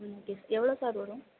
ம் okay sir எவ்வளோ sir வரும்